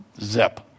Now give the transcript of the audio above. Zip